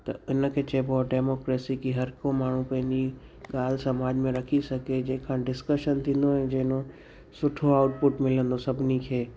त इन खे चइबो आहे डेमोक्रेसी की हर को माण्हू पंहिंजी ॻाल्हि समाज में रखी सघे जंहिंखां डिसकशन थींदो ऐं जंहिं मां सुठो आउटपुट मिलंदो सभिनी खे